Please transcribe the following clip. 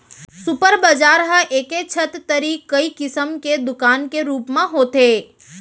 super बजार ह एके छत तरी कई किसम के दुकान के रूप म होथे